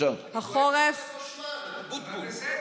חברת הכנסת מאי גולן, די.